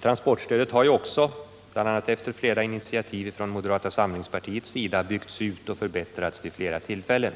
Transportstödet har också — bl.a. efter flera initiativ från moderata samlingspartiets sida — byggts ut och förbättrats vid flera tillfällen.